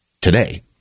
today